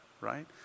right